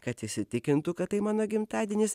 kad įsitikintų kad tai mano gimtadienis